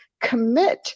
commit